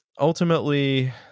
Ultimately